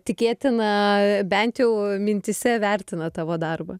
tikėtina bent jau mintyse vertina tavo darbą